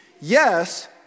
Yes